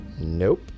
Nope